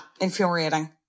Infuriating